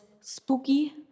spooky